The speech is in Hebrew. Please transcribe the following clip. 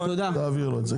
תעביר לו.